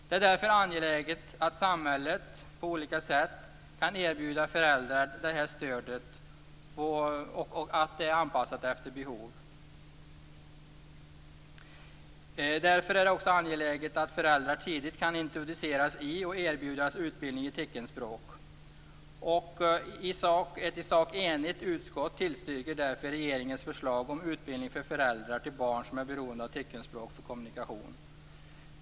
Det är därför angeläget att samhället på olika sätt kan erbjuda föräldrar detta stöd, anpassat efter behov. Det är också angeläget att föräldrar tidigt kan introduceras och erbjudas utbildning i teckenspråk. Ett i sak enigt utskott tillstyrker därför regeringens förslag om utbildning för föräldrar till barn som är beroende av teckenspråk för kommunikation.